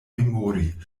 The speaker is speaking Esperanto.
memori